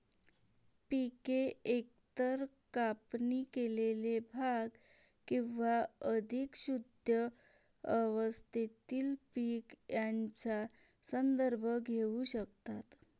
पिके एकतर कापणी केलेले भाग किंवा अधिक शुद्ध अवस्थेतील पीक यांचा संदर्भ घेऊ शकतात